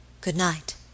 Good-night